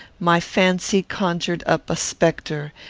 my fancy conjured up a spectre,